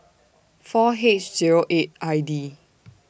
four H Zero eight I D